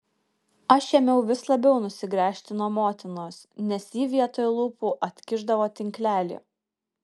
aš ėmiau vis labiau nusigręžti nuo motinos nes ji vietoj lūpų atkišdavo tinklelį